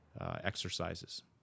exercises